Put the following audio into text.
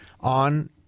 on